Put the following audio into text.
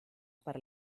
para